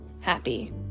happy